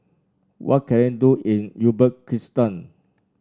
what can I do in Uzbekistan